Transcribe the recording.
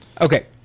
Okay